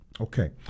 Okay